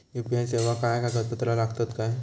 UPI सेवाक काय कागदपत्र लागतत काय?